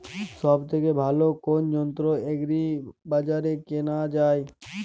সব থেকে ভালো কোনো যন্ত্র এগ্রি বাজারে কেনা যায়?